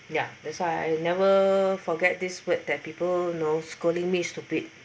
ya that's why I never forget this word that people you know scolding me stupid